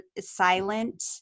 silent